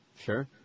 sure